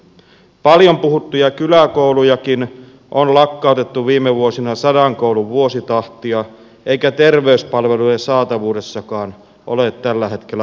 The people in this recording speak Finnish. paljon puhuttuja kyläkoulujakin on lakkautettu viime vuosina sadan koulun vuositahtia eikä terveyspalvelujen saatavuudessakaan ole tällä hetkellä hurraamista